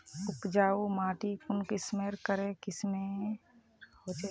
उपजाऊ माटी कुंसम करे किस्मेर होचए?